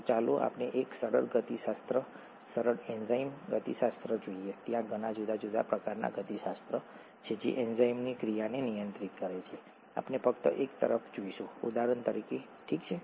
તો ચાલો આપણે એક સરળ ગતિશાસ્ત્ર સરળ એન્ઝાઇમ ગતિશાસ્ત્ર જોઈએ ત્યાં ઘણા જુદા જુદા પ્રકારના ગતિશાસ્ત્ર છે જે એન્ઝાઇમની ક્રિયાને નિયંત્રિત કરે છે આપણે ફક્ત એક તરફ જોઈશું ઉદાહરણ તરીકે ઠીક છે